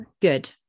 good